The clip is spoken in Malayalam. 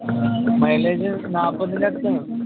മൈലേജ് നാൽപ്പതിൻ്റെ അടുത്ത്